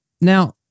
Now